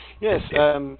Yes